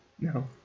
No